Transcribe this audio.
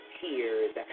tears